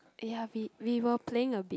ya we we were playing a bit